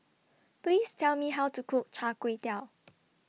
Please Tell Me How to Cook Char Kway Teow